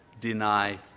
deny